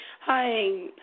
Hi